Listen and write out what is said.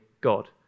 god